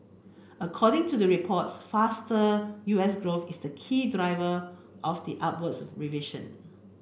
according to the report faster U S growth is the key driver of the upwards revision